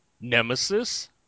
nemesis